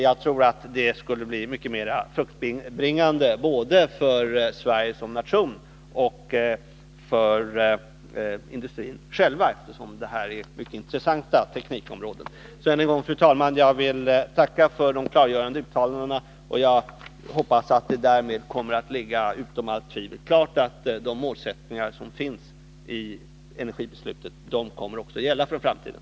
Jag tror att det skulle bli mycket mer fruktbringande både för Sverige som nation och för industrin själv, eftersom detta är mycket intressanta teknikområden. Fru talman! Jag vill än en gång tacka för de klargörande uttalandena, och jag hoppas att det därmed kommer att stå utom allt tvivel att de målsättningar som anges i det energipolitiska beslutet kommer att gälla för framtiden.